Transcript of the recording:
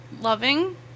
loving